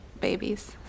babies